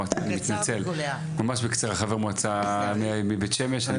חבר מועצה מבית שמש.